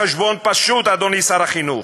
החשבון פשוט, אדוני שר החינוך: